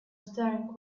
staring